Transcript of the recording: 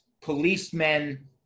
policemen